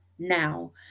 now